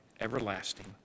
everlasting